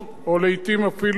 אין בידי לקבוע זאת,